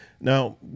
Now